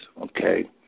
Okay